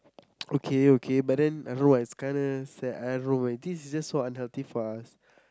okay okay but then I don't know it's kind of sad